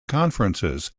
conferences